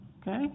okay